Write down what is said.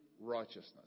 righteousness